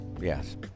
yes